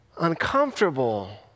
uncomfortable